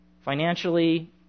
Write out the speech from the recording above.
financially